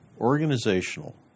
Organizational